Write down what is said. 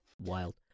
Wild